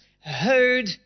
heard